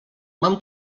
mam